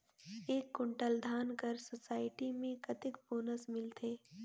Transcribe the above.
एक कुंटल धान कर सोसायटी मे कतेक बोनस मिलथे?